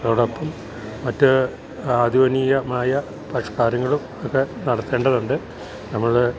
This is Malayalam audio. അതോടൊപ്പം മറ്റ് ആധുനീയമായ പരിഷ്കാരങ്ങളും ഒക്കെ നടത്തേണ്ടതൊണ്ട് നമ്മൾ